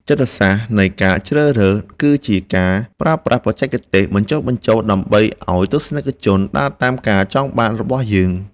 ចិត្តសាស្ត្រនៃការជ្រើសរើសគឺជាការប្រើប្រាស់បច្ចេកទេសបញ្ចុះបញ្ចូលដើម្បីឱ្យទស្សនិកជនដើរតាមការចង់បានរបស់យើង។